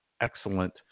excellent